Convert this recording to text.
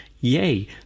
yay